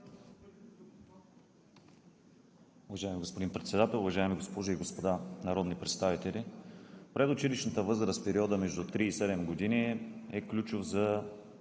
Уважаеми господин Председател, уважаеми госпожи и господа народни представители! Предучилищната възраст, периодът между 3 и 7 години е ключов за